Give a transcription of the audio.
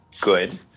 good